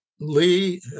Lee